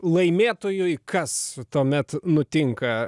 laimėtojui kas tuomet nutinka